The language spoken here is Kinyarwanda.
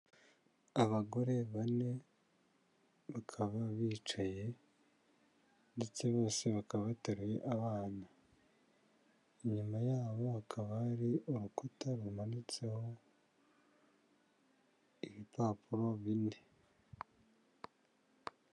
Abagore bane bakaba bicaye ndetse bose bakaba bateruye abana, inyuma yabo hakaba hari urukuta rumanitseho ibipapuro bine.